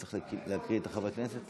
צריך להקריא את שמות חברי הכנסת?